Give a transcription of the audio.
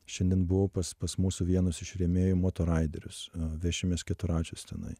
šiandien buvau pas pas mūsų vienus iš rėmėjų motoraiderius vešimės keturračius tenai